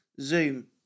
Zoom